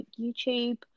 youtube